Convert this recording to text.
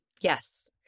Yes